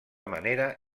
manera